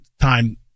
time